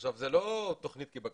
עכשיו, זה לא תכנית כבקשתו,